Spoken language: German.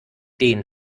den